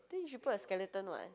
then you should put a skeleton [what]